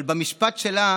אבל במשפט שלה